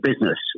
business